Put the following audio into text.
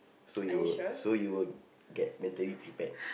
so you'll so you'll get mentally prepared